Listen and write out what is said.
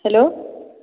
hello